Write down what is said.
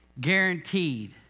Guaranteed